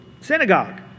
Synagogue